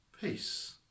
peace